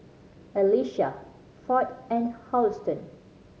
Elisha Ford and Houston